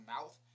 mouth